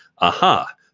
aha